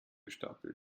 gestapelt